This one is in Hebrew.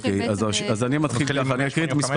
אקרא את מספר